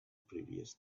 previous